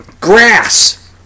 grass